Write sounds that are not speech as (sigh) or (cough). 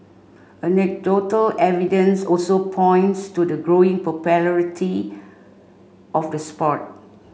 anecdotal evidence also points to the growing (unintelligible) of the sport